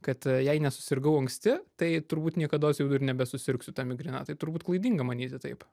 kad jei nesusirgau anksti tai turbūt niekados jau ir nebe susirgsiu ta migrena tai turbūt klaidinga manyti taip